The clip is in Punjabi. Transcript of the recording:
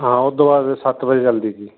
ਹਾਂ ਉਦੋਂ ਬਾਅਦ ਫੇਰ ਸੱਤ ਵਜੇ ਚੱਲਦੀ ਹੈਗੀ